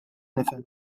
nifhem